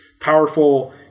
powerful